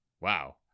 Wow